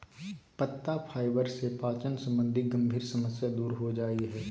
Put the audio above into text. पत्ता फाइबर से पाचन संबंधी गंभीर समस्या दूर हो जा हइ